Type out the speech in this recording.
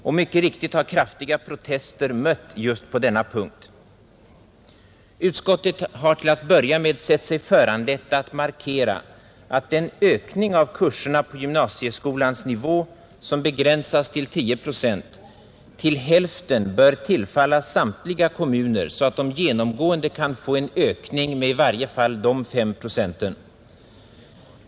Och mycket riktigt har kraftiga protester mött just på denna punkt. Utskottet har till att börja med sett sig föranlett att markera att den ökning av kurserna på gymnasieskolans nivå, som begränsas till 10 procent, till hälften bör tillfalla samtliga kommuner så att de genomgående kan få en ökning med i varje fall de 5 procenten.